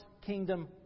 kingdom